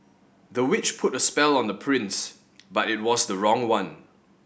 the witch put a spell on the prince but it was the wrong one